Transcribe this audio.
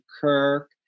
Kirk